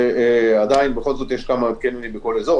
יש כמה קניונים שנפתחו בכל אזור,